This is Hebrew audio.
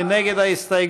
מי נגד ההסתייגות?